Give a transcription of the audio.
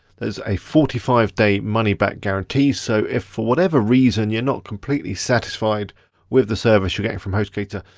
there's a forty five day money back guarantee, so if for whatever reason, you're not completely satisfied with the service you're getting from hostgator,